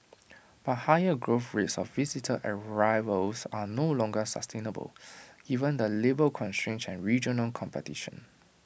but high growth rates of visitor arrivals are no longer sustainable given the labour constraints and regional competition